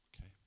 Okay